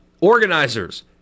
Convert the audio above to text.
Organizers